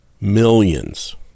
Millions